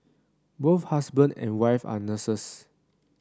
both husband and wife are nurses